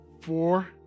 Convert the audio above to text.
four